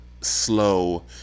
slow